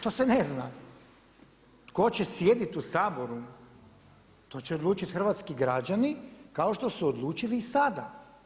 To se ne zna tko će sjedit u Saboru to će odlučit hrvatski građani kao što su odlučili i sada.